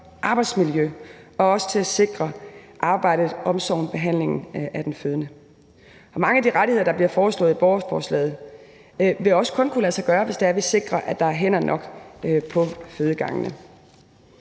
arbejdsmiljø og også til at sikre arbejdet, omsorgen og behandlingen af den fødende. Mange af de rettigheder, der bliver foreslået i borgerforslaget, vil også kun kunne lade sig gøre, hvis det er, vi sikrer, at der er hænder nok på fødegangene.